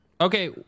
Okay